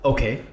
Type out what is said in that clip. Okay